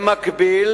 במקביל,